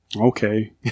Okay